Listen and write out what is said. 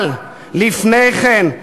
אבל לפני כן,